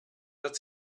wird